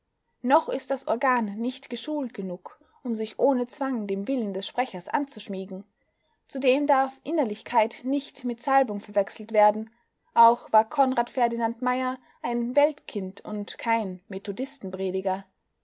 noch ist das organ nicht geschult genug um sich ohne zwang dem willen des sprechers anzuschmiegen zudem darf innerlichkeit nicht mit salbung verwechselt werden auch war conrad ferdinand meyer ein weltkind und kein